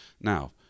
Now